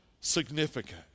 significant